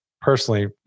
personally